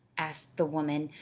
asked the woman,